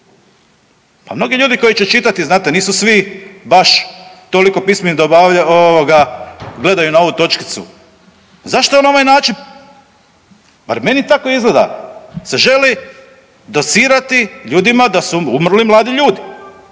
pa mnogi ljudi koji će čitati znate nisu svi baš toliko pismeni da ovoga gledaju na ovu točkicu, zašto je na ovaj način, bar meni tako izgleda, se želi docirati ljudima da su umrli mladi ljudi.